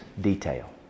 detail